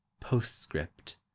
postscript